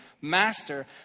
Master